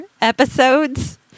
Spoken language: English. episodes